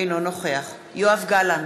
אינו נוכח יואב גלנט,